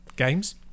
Games